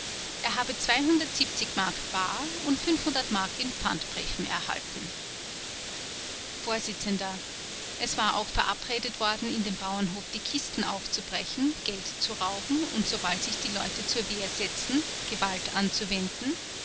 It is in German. er habe m bar und m in pfandbriefen erhalten vors es war auch verabredet worden in dem bauernhof die kisten aufzubrechen geld zu rauben und sobald sich die leute zur wehr setzen gewalt anzuwenden